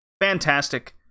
Fantastic